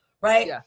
right